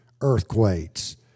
earthquakes